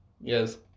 Yes